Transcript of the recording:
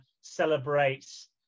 celebrates